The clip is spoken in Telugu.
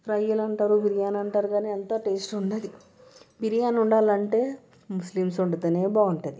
ఫ్రైలు అంటారు బిర్యానీ అంటారు కానీ అంత టేస్ట్ ఉండదు బిర్యానీ వండాలంటే ముస్లింస్ వండితేనే బాగుంటుంది